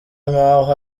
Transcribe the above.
nkaho